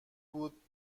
بود